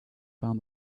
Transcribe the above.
found